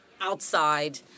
outside